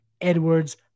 Edwards